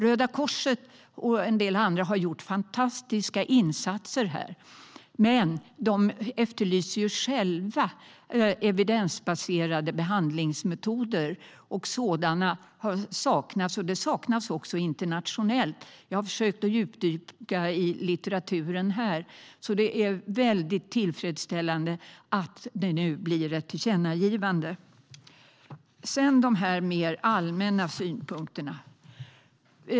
Röda Korset och en del andra har gjort fantastiska insatser här, men de efterlyser själva evidensbaserade behandlingsmetoder. Sådana saknas, även internationellt - jag har försökt djupdyka i litteraturen. Det är alltså mycket tillfredsställande att det nu blir ett tillkännagivande. Sedan vill jag ta upp mer allmänna synpunkter.